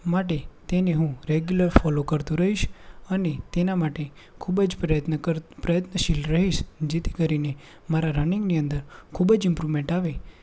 માટે તેને હુ રેગ્યુલર ફોલો કરતો રહીશ અને તેના માટે ખૂબ જ પ્રયત્ન કર પ્રયત્નશીલ રહીશ જેથી કરીને મારા રનિગની અંદર ખુબજ ઇમ્પ્રુમેન્ટ આવે